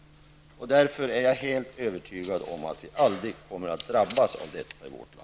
Därför är jag helt övertygad om att vi i vårt land aldrig kommer att drabbas av detta.